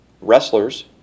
wrestlers